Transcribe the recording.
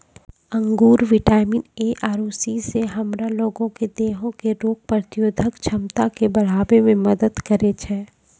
अंगूर vitamin A आरु C से हमरा लोगो के देहो के रोग प्रतिरोधक क्षमता के बढ़ाबै मे मदत करै छै